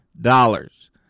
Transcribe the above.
dollars